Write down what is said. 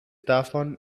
davon